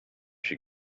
she